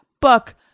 book